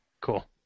Cool